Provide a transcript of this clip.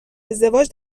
ازدواج